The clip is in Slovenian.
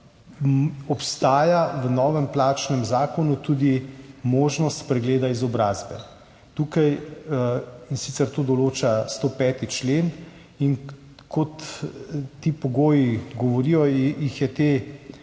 Obstaja v novem plačnem zakonu tudi možnost spregleda izobrazbe, in sicer to določa 105. člen. Kot ti pogoji govorijo, je